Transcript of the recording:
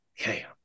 okay